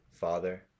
father